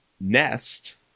nest